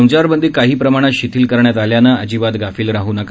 संचारबंदी काही प्रमाणात शिथिल करण्यात आल्याने अजिबात गाफिल राह नका